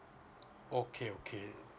okay okay